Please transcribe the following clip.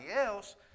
else